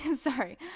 sorry